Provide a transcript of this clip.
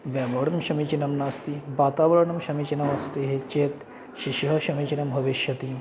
व्यवहारं समीचीनं नास्ति वातावरणं समीचीनम् अस्ति चेत् शिशुः समीचीनं भविष्यति